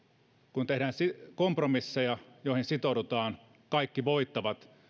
kun tehdään kompromisseja joihin sitoudutaan kaikki voittavat